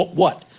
what?